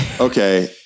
Okay